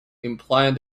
implying